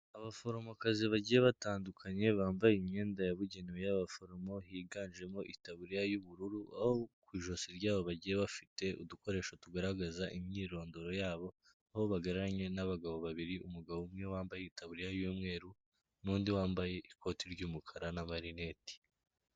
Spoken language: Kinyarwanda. Abaforomokazi bagiye batandukanye bambaye imyenda yabugenewe y'abaforomo higanjemo itaburiya y'ubururu aho ku ijosi ryabo bagiye bafite udukoresho tugaragaza imyirondoro yabo aho bahagararanye n'abagabo babiri umugabo umwe wambaye tari y'umweru n'undi wambaye ikoti ry'umukara n'amarineti.